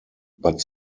but